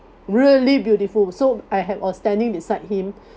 really beautiful so I have was standing beside him